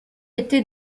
été